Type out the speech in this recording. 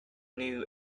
new